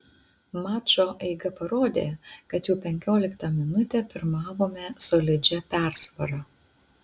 mačo eiga parodė kad jau penkioliktą minutę pirmavome solidžia persvara